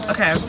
Okay